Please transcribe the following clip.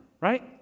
right